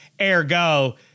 Ergo